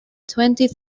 twenty